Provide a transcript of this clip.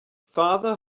father